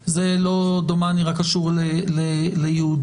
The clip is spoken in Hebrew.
דומני שזה לא קשור רק ליהודים.